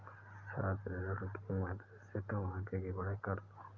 छात्र ऋण की मदद से तुम आगे की पढ़ाई कर लो